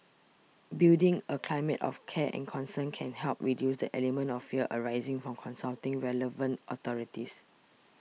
building a climate of care and concern can help reduce the element of fear arising from consulting relevant authorities